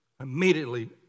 Immediately